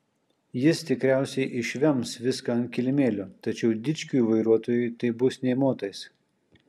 jis tikriausiai išvems viską ant kilimėlio tačiau dičkiui vairuotojui tai bus nė motais